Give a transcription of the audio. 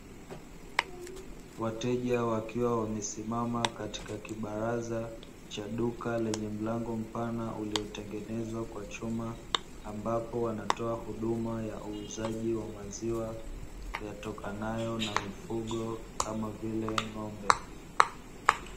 Wateja wakiwa wamesimama katika kibaraza, cha duka lenye mlango mpana uliotengenezwa kwa chuma. Ambapo wanatoa huduma ya uuzaji wa maziwa, yatokanayo na mifugo kama vile ng’ombe.